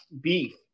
beef